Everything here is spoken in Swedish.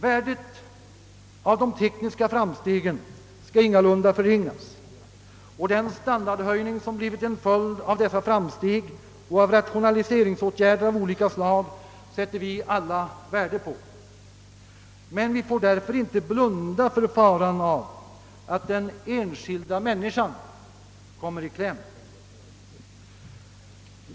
Värdet av de tekniska framstegen skall ingalunda förringas, och den standardhöjning som blivit en följd av dessa framsteg och rationaliseringsåtgärder av olika slag sätter vi alla värde på, men vi får därför inte blunda för faran av att den enskilda människan kommer i kläm.